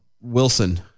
Wilson